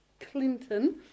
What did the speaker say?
Clinton